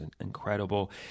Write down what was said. incredible